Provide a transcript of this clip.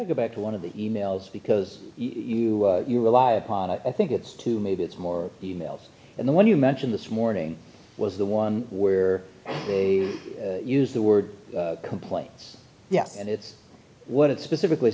to go back to one of the emails because you you rely upon it i think it's two maybe it's more e mails than the one you mentioned this morning was the one where they use the word complaints yes and it's what it specifically